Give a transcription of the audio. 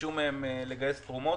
ביקשו מהם לגייס תרומות.